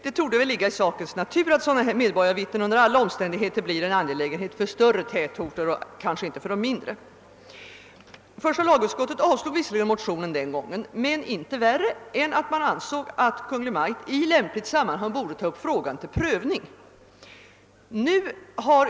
Det torde väl ligga i sakens natur, att sådana medborgarvittnen under alla omständigheter blir en angelägenhet för större tätorter och kanske inte för de mindre. Första lagutskottet avstyrkte visserligen motionen den gången, men inte värre än att man ansåg att Kungl. Maj:t i lämpligt sammanhang borde ta upp frågan till prövning.